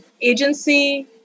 agency